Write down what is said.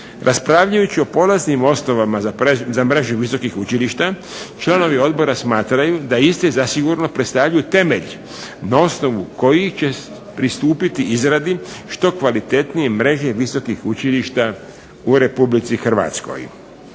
Raspravljajući o polaznim osnovama za mrežu visokih učilišta članovi odbora smatraju da iste zasigurno predstavljaju temelj na osnovu kojih će pristupiti izradi što kvalitetnije mreže visokih učilišta u Republici Hrvatskoj.